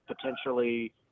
potentially